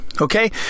Okay